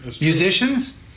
Musicians